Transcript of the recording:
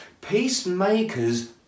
Peacemakers